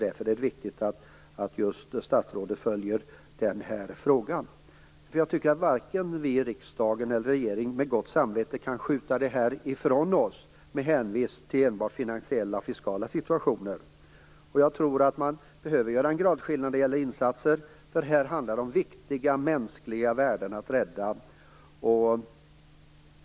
Därför är det viktigt att just statsrådet följer den här frågan. Vare sig riksdagen eller regeringen kan med gott samvete skjuta den här frågan ifrån sig med hänvisning till enbart den finansiella och fiskala situationen. Jag tror att man behöver göra en gradskillnad när det gäller insatser. Här handlar det om att rädda viktiga mänskliga värden.